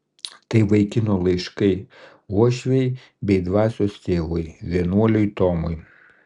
tai vaikino laiškai uošvei bei dvasios tėvui vienuoliui tomui